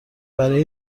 برای